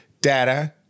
data